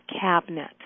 cabinet